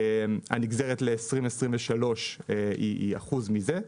הנגזרת ל-2023 אחוז מזה.